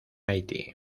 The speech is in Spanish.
haití